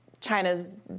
China's